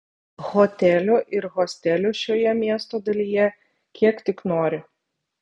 hotelių ir hostelių šioje miesto dalyje kiek tik nori